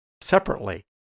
separately